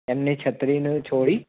એમને છત્રીનું છોડી